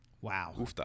wow